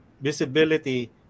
visibility